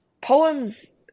Poems